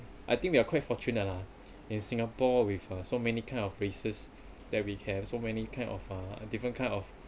I think we are quite fortunate lah in singapore with uh so many kind of races that we have so many kind of uh a different kind of